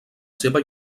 seva